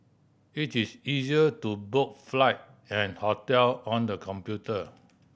it is easy to book flight and hotel on the computer